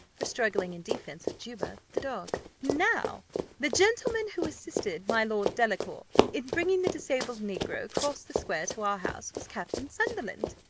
for struggling in defence of juba, the dog. now the gentleman who assisted my lord delacour in bringing the disabled negro across the square to our house, was captain sunderland.